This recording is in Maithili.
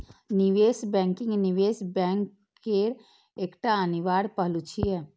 निवेश बैंकिंग निवेश बैंक केर एकटा अनिवार्य पहलू छियै